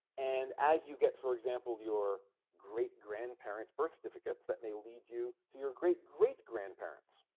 and as you get for example your great-grandparents birth certificates that may lead you to your great-great grandparents